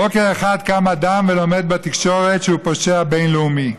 בוקר אחד קם אדם ולומד בתקשורת שהוא פושע בין-לאומי.